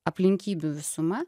aplinkybių visuma